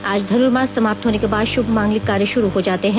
आज धनुर्मास समाप्त होने के बाद शुभ मांगलिक कार्य शुरू हो जाते हैं